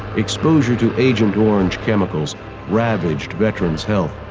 exposure to agent orange chemicals ravaged veterans' health.